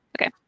Okay